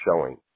showing